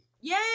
Yay